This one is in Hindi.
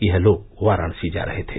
यह लोग वाराणसी जा रहे थे